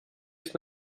ist